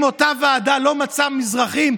אם אותה ועדה לא מצאה מזרחים,